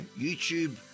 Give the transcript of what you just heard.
YouTube